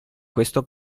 questo